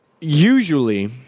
usually